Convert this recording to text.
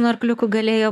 nuo arkliukų galėjo